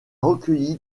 recueilli